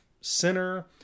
center